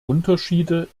unterschiede